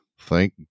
Thank